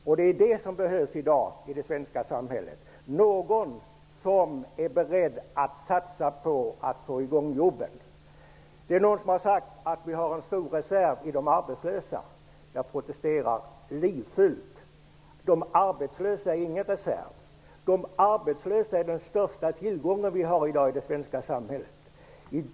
I det svenska samhället behövs det i dag någon som är beredd att satsa på att få i gång jobben. Någon har sagt att vi har en stor reserv i de arbetslösa. Det protesterar jag livligt emot. De arbetslösa är ingen reserv. De arbetslösa är den största tillgången i det svenska samhället.